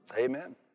Amen